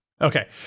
Okay